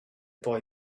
boy